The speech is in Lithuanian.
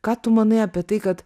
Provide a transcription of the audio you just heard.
ką tu manai apie tai kad